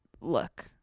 look